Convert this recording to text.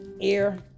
air